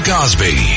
Cosby